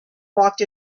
walked